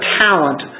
talent